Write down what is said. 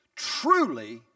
truly